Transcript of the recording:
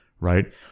Right